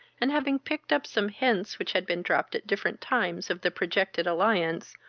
and having picked up some hints which had been dropped at different times of the projected alliance,